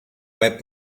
web